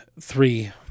three